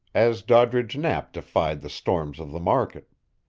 as doddridge knapp defied the storms of the market.